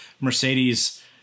mercedes